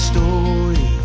Story